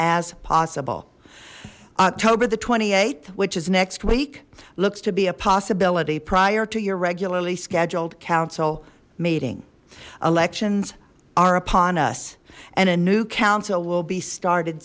as possible october the th which is next week looks to be a possibility prior to your regularly scheduled council meeting elections are upon us and a new council will be started